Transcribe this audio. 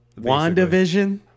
WandaVision